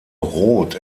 rot